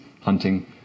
hunting